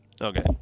Okay